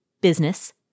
business